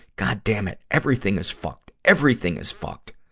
goddamn it, everything is fucked! everything is fucked!